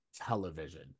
television